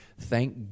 thank